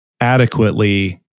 adequately